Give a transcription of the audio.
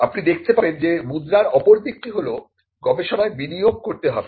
আপনি দেখতে পাবেন যে মুদ্রার অপর দিকটি হল গবেষণায় বিনিয়োগ করতে হবে